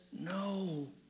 no